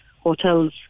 hotels